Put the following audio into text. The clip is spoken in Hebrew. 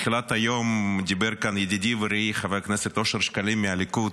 בתחילת היום דיבר כאן ידידי ורעי חבר הכנסת אושר שקלים מהליכוד,